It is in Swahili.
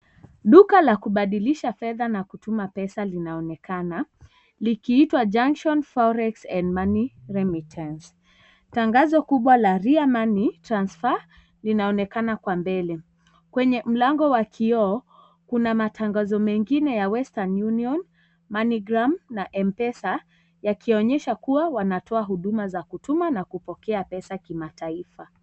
Duka la kubadilisha fedha na kutuma pesa linaonekana, likiitwa Junction Forex and money remittance tangazo kubwa la Ria money transfer linaonekana kwa mbele kwenye mlango wa kioo kuna matangazo mengine ya western union money gram na Mpesa yakionyesha kuwa wanatoa huduma za kutuma na kupokea pesa kimataifa.